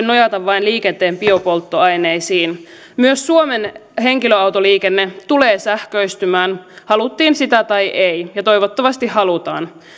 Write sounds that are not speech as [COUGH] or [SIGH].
[UNINTELLIGIBLE] nojata vain liikenteen biopolttoaineisiin myös suomen henkilöautoliikenne tulee sähköistymään haluttiin sitä tai ei ja toivottavasti halutaan